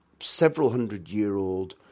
several-hundred-year-old